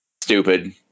stupid